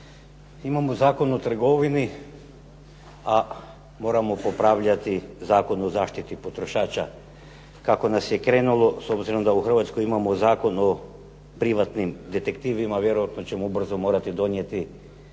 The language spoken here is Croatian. Imamo Zakon o trgovini, a moramo popravljati Zakon o zaštiti potrošača. Kako nas je krenulo, s obzirom da u Hrvatskoj imamo Zakon o privatnim detektivima vjerojatno ćemo ubrzo morati donijeti